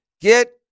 Get